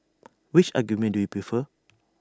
which argument do you prefer